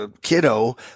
kiddo